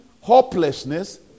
hopelessness